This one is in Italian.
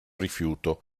rifiuto